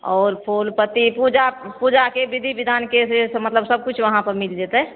आओर फूलपत्ति पूजा पूजाके विधि विधानके से मतलब सभकिछु उहाँपर मिल जेतय